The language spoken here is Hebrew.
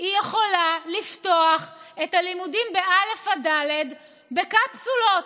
היא יכולה לפתוח את הלימודים בא' עד ד' בקפסולות.